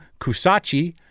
Kusachi